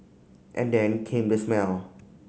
and then came the smell